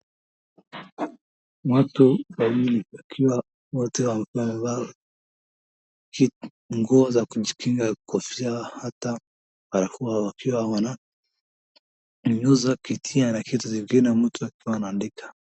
Watu wawili wakiwa wote wamevaa nguo za kujikinga kofia hata barakoa waki wana nyunyiza kitia na kitu ingine mtu akiwa anaandika.